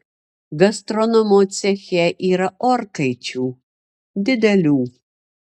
gastronomo ceche yra orkaičių didelių